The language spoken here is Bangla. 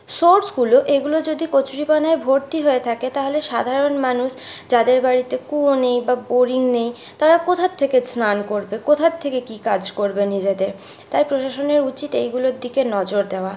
সোর্সগুলো এগুলো যদি কচুরিপানায় ভর্তি হয়ে থাকে তাহলে সাধারণ মানুষ যাদের বাড়িতে কুয়ো নেই বা বোরিং নেই তারা কোথার থেকে স্নান করবে কোথার থেকে কি কাজ করবে নিজেদের তাই প্রশাসনের উচিৎ এইগুলোর দিকে নজর দেওয়া